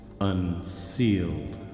unsealed